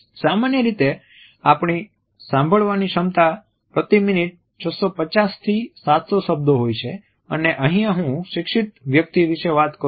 સામાન્ય રીતે આપણી સાંભળવાની ક્ષમતા પ્રતિ મિનિટ 650 થી 700 શબ્દો હોય છે અને અહિયાં હું શિક્ષિત વ્યક્તિ વિશે વાત કરું છું